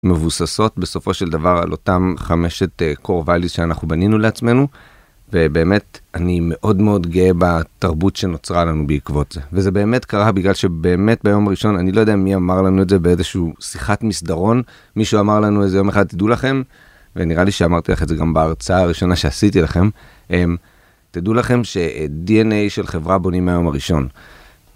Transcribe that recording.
מבוססות בסופו של דבר על אותם חמשת core values שאנחנו בנינו לעצמנו ובאמת אני מאוד מאוד גאה בתרבות שנוצרה לנו בעקבות זה וזה באמת קרה בגלל שבאמת ביום ראשון אני לא יודע מי אמר לנו את זה באיזשהו שיחת מסדרון מישהו אמר לנו איזה יום אחד דעו לכם. ונראה לי שאמרתי לך את זה גם בהרצאה הראשונה שעשיתי לכם תדעו לכם ש DNA של חברה בונים מהיום הראשון.